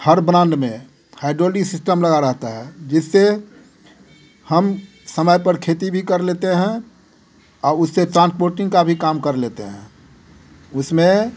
हर brand में hydraulic system लगा रहता है जिससे हम समय पर खेती भी कर लेते हैं अब उससे ट्रांसपोर्टिंग का भी काम कर लेते हैं उसमें